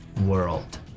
world